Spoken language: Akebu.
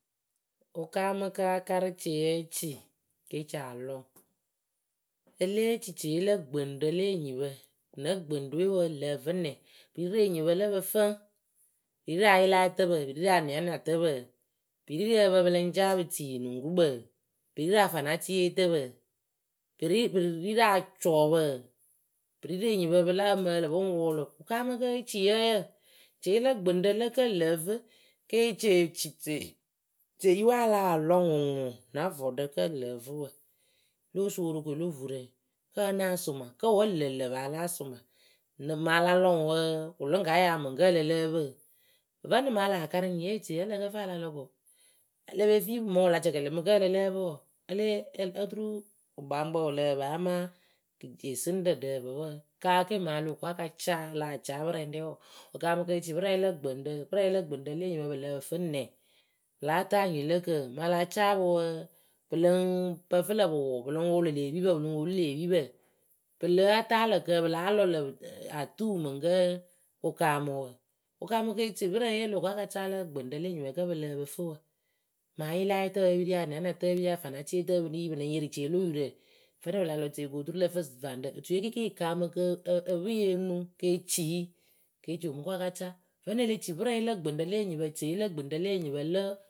Wɨ kaamɨ ka karɨ tieyǝ eci ke eci alɔ ŋwɨ e lée ci tieye lǝ gbɨŋrǝ le enyipǝ nǝ gbɨŋrǝ we wǝǝ lǝ vɨ nɛŋ pɨ ri rɨ enyipǝ lǝ ǝpǝ fǝŋ pɨ ri rɨ ayɩlayɩtǝpǝ pɨ ri rɨ aniatniatǝpǝ pɨ ri rɨ ǝpǝ pɨ lɨŋ caa pɨ tii wɨnuŋkukpǝ pɨ ri rɨ afanacɩyeetǝpǝ pɨ ri pɨ ri rɨ acɔɔpǝ pɨ ri rɨ enyipǝ pɨ lǝ́ǝ mǝǝnɨ pɨŋ wʊʊlʊ wɨ kaamɨ ke cii yǝ ǝyǝ tieye lǝ gbɨŋrǝ lǝ kǝ́ lǝ vɨ ke cie ci tie tieyǝ we a lah lɔ ŋwɨŋwɨ na vɔɖǝ kǝ́ lǝ vɨ wǝ lóo suu worokoe lo vurǝ kǝ́ wǝ́ náa sʊma kǝ́ wǝ́ ŋlǝ̈ŋlǝ̈ paa a láa sʊma mɨŋ a la lɔ ŋwɨ wǝǝ wɨ lɨ ŋ ka yaa mɨŋkǝ́ ǝ lǝ lǝ́ǝ pɨ? Vǝ́ nɨŋ mɨŋ a laa karɨ nyiye eci wǝ́ ǝ lǝ kǝ fɨ a la lɔ ko e le pe fii mɨŋ wɨ la cɛkɛlɛ mɨ kǝ́ ǝ lǝ lǝ́ǝ pǝ́ wǝǝ ǝ lée oturu wɨkpaŋkpǝ wɨ lǝh pǝ amaa diesɨŋrǝ lǝh pǝ wǝǝ, kaa ke mɨŋ o lo ko a ka caa a lah caa pɨrǝŋɖɛ wǝǝ wɨkaamɨ ke ci pɨrǝye lǝ gbɨŋrǝ le enyipǝ pɨ lǝ pɨ fɨ nɛ? Pɨ láa taa nyii lǝ kǝǝ mɨŋ a la caa pɨ wǝǝ pɨ lɨŋ pǝ fɨ lǝ pɨ wʊʊ pɨ lɨŋ wʊʊlʊ lë epipǝ pɨ lɨŋ woolu lë epipǝ pɨ láa taa lǝ̈ kǝǝwǝ pɨ láa lɔ lǝ̈ atuu mɨŋ kǝ́ wɨ kaamɨ wǝ wɨ kaamɨ ke ci pɨrǝnye o loh ko a ka caa lǝ gbɨŋrǝ le enyipǝ lǝ kǝ pɨ lǝ pɨ fɨ wǝ Mɨŋ ayɩlayɩtǝpǝ wǝ́ pɨ ri anianiatǝpǝ wǝ́ pɨ ri afanacɩyeetǝpǝ wǝ́ pɨ ri pɨ lɨŋ yɩrɩ tie lo yurǝ vǝ́ nɨŋ pɨ la lɔ tieyǝ ko oturu lǝ fɨ vaŋrǝ otuye kɩɩkɩ yɨ kaamɨ kɨ ǝ ǝ pɨ yɨ onuŋ ke eci yɨ kɨ eci omɨ ko a ka caa vǝ́nɨŋ e le ci pɨrǝŋye lǝ gbɨŋrǝ le nyipǝ tieye lǝ gbɨŋrǝ le enyipǝ lǝ wǝ.